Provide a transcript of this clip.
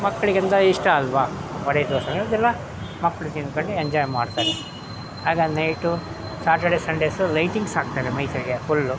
ಮಕ್ಕಳಿಗೆಲ್ಲ ಇಷ್ಟ ಅಲ್ವ ವಡೆ ದೋಸೆಗಳು ಅದೆಲ್ಲ ಮಕ್ಕಳು ತಿಂತಾರೆ ಎಂಜಾಯ್ ಮಾಡ್ತಾರೆ ಆಗ ನೈಟು ಸಾಟರ್ಡೇ ಸಂಡೇಸು ಲೈಟಿಂಗ್ಸ್ ಹಾಕ್ತಾರೆ ಮೈಸೂರಿಗೆ ಫುಲ್ಲು